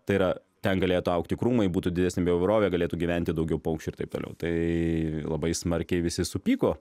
tai yra ten galėtų augti krūmai būtų didesnė bio įvairovė galėtų gyventi daugiau paukščių ir taip toliau tai labai smarkiai visi supyko